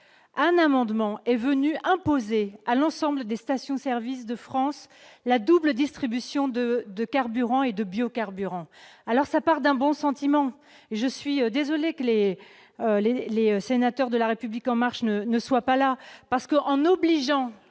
un amendement est venu imposer à l'ensemble des stations-service de France la double distribution de de carburant et de biocarburants alors ça part d'un bon sentiment, je suis désolé que les, les, les sénateurs de la République en marche ne ne soit pas là parce que, en obligeant.